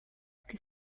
che